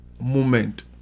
moment